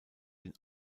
den